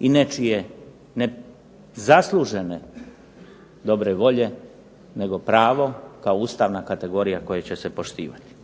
i nečije nezaslužene dobre volje nego pravo kao ustavna kategorija koja će se poštivati.